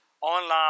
online